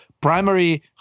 primary